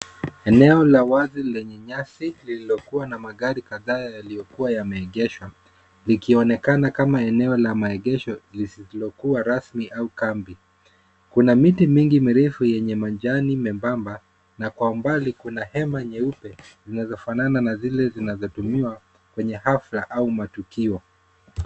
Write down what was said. Eneo la wazi lenye nyasi, lililokua na magari kadhaa yaliyokua yameegeshwa, likionekana kama eneo la maegesho lisilokua rasmi au kambi. Kuna miti mingi mirefu yenye majani membamba, na kwa umbali kuna hema nyeupe, zinazofanana na zile zinatumiwa kwenye hafla au matukio.